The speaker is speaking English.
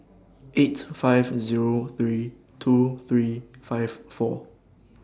eight five Zero three two three five four